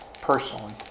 personally